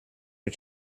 our